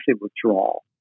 withdrawal